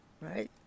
right